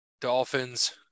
Dolphins